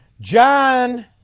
John